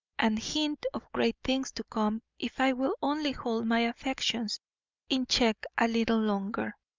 and hint of great things to come if i will only hold my affections in check a little longer.